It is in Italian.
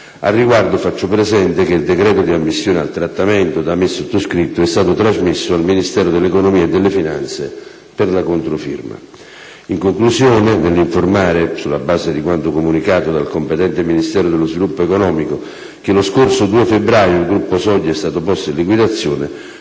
Al riguardo, faccio presente che il decreto di ammissione al trattamento, da me sottoscritto, è stato trasmesso al Ministero dell'economia e delle finanze per la controfirma. In conclusione, nell'informare, sulla base di quanto comunicato dal competente Ministero dello sviluppo economico, che lo scorso 2 febbraio il gruppo Soglia è stato posto in liquidazione,